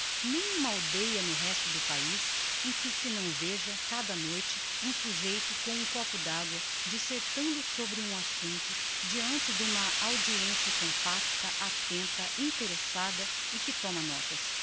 uma aldeia no resto do paiz em que se não veja cada noite um sujeito com um copo d'agua dissertando sobre um assumpto deante d'uma audiencia compacta attenta interessada e que toma notas